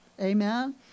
Amen